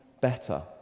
better